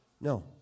No